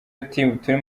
ati“turi